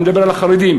אני מדבר על החרדים,